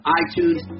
iTunes